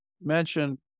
mention